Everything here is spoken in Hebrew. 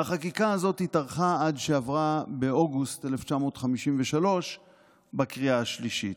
והחקיקה הזאת התארכה עד שעברה באוגוסט 1953 בקריאה השלישית.